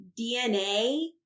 DNA